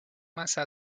masa